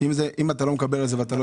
אם אתה אפילו לא יודע אם תקבל בשביל זה כסף?